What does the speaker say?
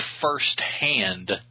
firsthand